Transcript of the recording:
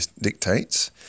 dictates